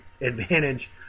advantage